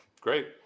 Great